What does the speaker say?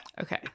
okay